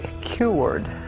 cured